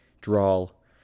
drawl